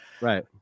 right